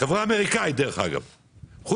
חברה אמריקנית שרכשה